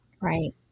Right